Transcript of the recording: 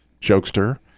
jokester